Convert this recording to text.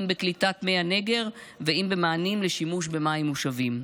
אם בקליטת מי הנגר ואם במענים לשימוש במים מושבים.